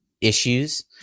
issues